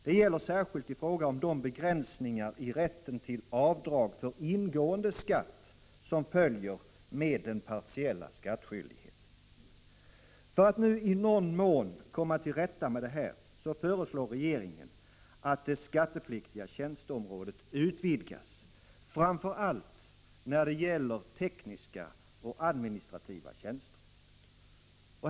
Detta gäller särskilt i fråga om de begränsningar i rätten till avdrag för ingående skatt som följer med den partiella skattskyldigheten. För att i någon mån komma till rätta med detta föreslår nu regeringen, att det skattepliktiga tjänsteområdet utvidgas, framför allt när det gäller tekniska och administrativa tjänster.